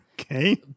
Okay